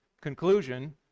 conclusion